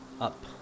up